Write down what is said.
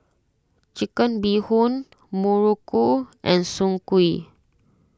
Chicken Bee Hoon Muruku and Soon Kuih